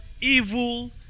evil